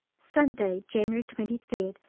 saturday, january twenty third.